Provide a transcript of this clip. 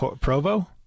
Provo